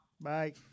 Bye